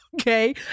Okay